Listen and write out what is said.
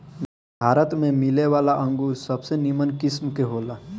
भारत में मिलेवाला अंगूर सबसे निमन किस्म के होला